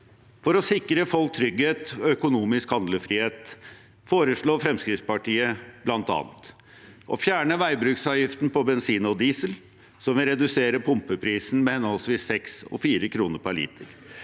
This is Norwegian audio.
For å sikre folk trygghet og økonomisk handlefrihet foreslår Fremskrittspartiet bl.a. å fjerne veibruksavgiften på bensin og diesel, noe som vil redusere pumpeprisen med henholdsvis seks og fire kroner per liter,